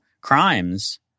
crimes